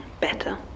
Better